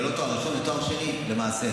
ארבע שנים זה לא תואר ראשון, זה תואר שני, למעשה.